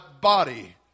body